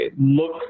look